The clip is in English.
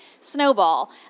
snowball